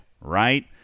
right